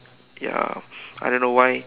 ya I don't know why